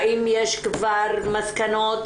האם יש כבר מסקנות?